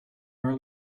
our